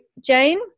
Jane